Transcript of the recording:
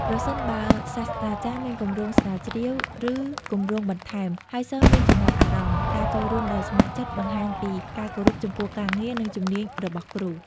ប្រសិនបើសាស្រ្តាចារ្យមានគម្រោងស្រាវជ្រាវ ឬគម្រោងបន្ថែម ហើយសិស្សមានចំណាប់អារម្មណ៍ ការចូលរួមដោយស្ម័គ្រចិត្តបង្ហាញពីការគោរពចំពោះការងារ និងជំនាញរបស់គ្រូ។